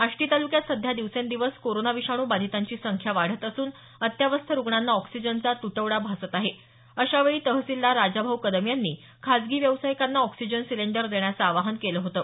आष्टी तालुक्यात सध्या दिवसेंदिवस कोरोनाबाधितांची संख्या ही वाढत असून अत्यावस्थ रूग्णांना ऑक्सिजनचा तुटवडा भासत आहे अशावेळी तहसीलदार राजाभाऊ कदम यांनी खाजगी व्यावसायिकांना ऑक्सिजन सिलेंडर देण्याचं आवाहन केलं होतं